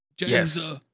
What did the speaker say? Yes